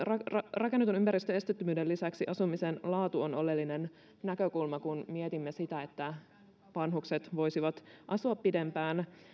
rakennetun ympäristön esteettömyyden lisäksi asumisen laatu on oleellinen näkökulma kun mietimme sitä että vanhukset voisivat asua pidempään